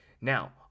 Now